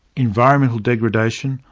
environmental degradation,